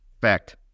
Fact